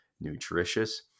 nutritious